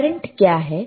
current क्या है